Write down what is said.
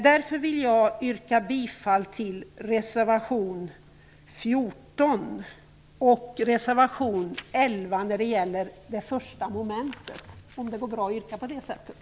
Därför vill jag yrka bifall till reservation 14 och reservation 11 när det gäller det första momentet.